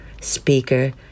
speaker